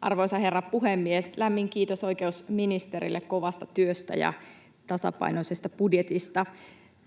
Arvoisa herra puhemies! Lämmin kiitos oikeusministerille kovasta työstä ja tasapainoisesta budjetista.